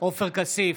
עופר כסיף,